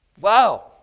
Wow